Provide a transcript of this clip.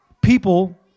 people